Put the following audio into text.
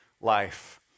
life